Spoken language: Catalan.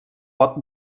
pot